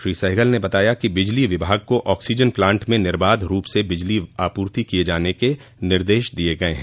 श्री सहगल ने बताया कि बिजली विभाग को ऑक्सीजन प्लांट में निर्वाध रूप से विद्युत आपूर्ति किये जाने के निर्देश दिये गये हैं